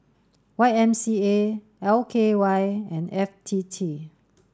Y M C A L K Y and F T T